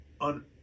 on